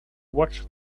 watch